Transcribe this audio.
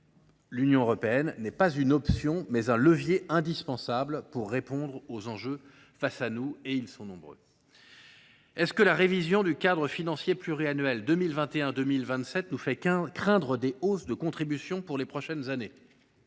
l’Union européenne n’est pas une option, c’est un levier indispensable pour répondre aux enjeux qui sont devant nous, et ils sont nombreux ! Est ce que la révision du cadre financier pluriannuel 2021 2027 nous fait craindre des hausses de contributions pour les prochaines années ?